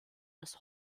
bis